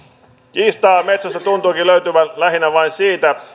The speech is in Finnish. kiistaa metsosta tuntuukin löytyvän lähinnä vain siitä